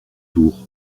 tours